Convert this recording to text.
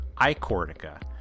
iCortica